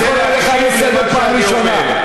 אני קורא אותך לסדר פעם ראשונה.